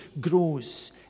grows